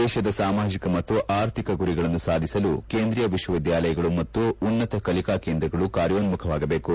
ದೇಶದ ಸಾಮಾಜಿಕ ಮತ್ತು ಆರ್ಥಿಕ ಗುರಿಗಳನ್ನು ಸಾಧಿಸಲು ಕೇಂದ್ರೀಯ ವಿಶ್ವವಿದ್ಯಾಲಯಗಳು ಮತ್ತು ಉನ್ನತ ಕಲಿಕಾ ಕೇಂದ್ರಗಳು ಕಾರ್ಯೋನ್ಮುಖವಾಗಬೇಕು